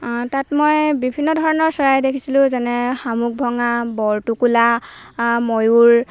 তাত মই বিভিন্ন ধৰণৰ চৰাই দেখিছিলোঁ যেনে শামুক ভঙা বৰটোকোলা ময়ুৰ